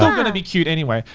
um going to be cute anyway.